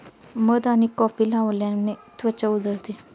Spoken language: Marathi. मध आणि कॉफी लावल्याने त्वचा उजळते